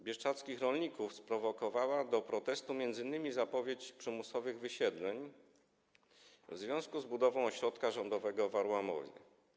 Bieszczadzkich rolników sprowokowała do protestu m.in. zapowiedź przymusowych wysiedleń w związku z budową ośrodka rządowego w Arłamowie.